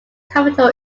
capital